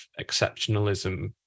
exceptionalism